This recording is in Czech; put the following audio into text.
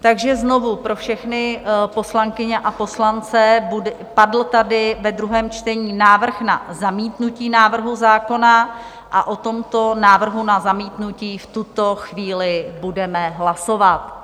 Takže znovu pro všechny poslankyně a poslance: padl tady ve druhém čtení návrh na zamítnutí návrhu zákona a o tomto návrhu na zamítnutí v tuto chvíli budeme hlasovat.